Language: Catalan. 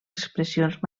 expressions